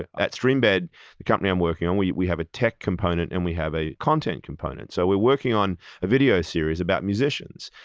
at streambed, but the company i'm working on, we we have a tech component and we have a content component. so we're working on a video series about musicians,